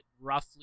roughly